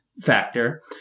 Factor